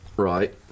Right